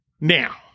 Now